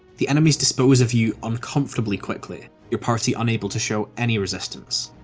the enemies dispose of you uncomfortably quickly, your party unable to show any resistance.